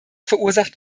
verursacht